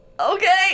Okay